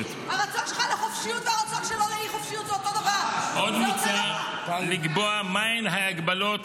-- והמנוי יכול לבחור להכפיף את ההגבלות